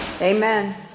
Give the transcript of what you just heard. Amen